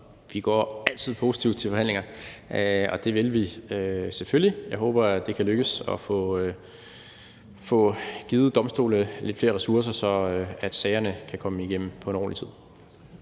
Vi går altid positivt til forhandlinger, så det vil vi selvfølgelig. Jeg håber, at det kan lykkes at få givet domstolene lidt flere ressourcer, så sagerne kan komme igennem inden for en rimelig tid.